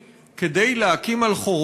אין ניידות טיפול